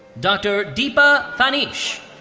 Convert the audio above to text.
dr. deepa phanish.